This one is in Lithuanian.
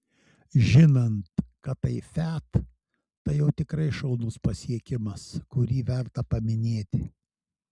žinant kad tai fiat tai jau tikrai šaunus pasiekimas kurį verta paminėti